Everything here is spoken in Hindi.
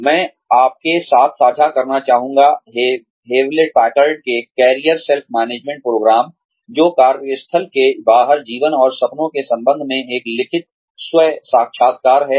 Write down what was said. मैं आपके साथ साझा करना चाहूँगा हेवलेट पैकर्ड के करियर सेल्फ मैनेजमेंट प्रोग्राम जो कार्यस्थल के बाहर जीवन और सपनों के संबंध में एक लिखित स्व साक्षात्कार है